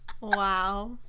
wow